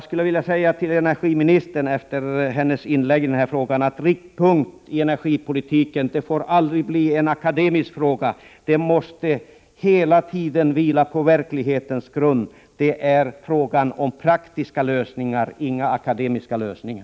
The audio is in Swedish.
Efter hennes inlägg i den frågan skulle jag till energiministern vilja säga att riktpunkt i energipolitiken aldrig får bli en akademisk fråga. Det måste hela tiden vila på verklighetens grund. Det är fråga om praktiska lösningar och inte om några akademiska lösningar.